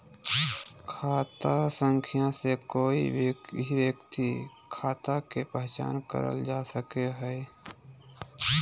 खाता संख्या से कोय भी व्यक्ति के खाता के पहचान करल जा सको हय